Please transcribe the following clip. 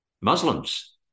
Muslims